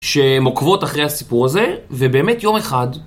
שהם עוקבות אחרי הסיפור הזה, ובאמת יום אחד.